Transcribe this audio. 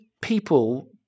people